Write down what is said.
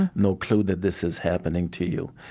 and no clue that this is happening to you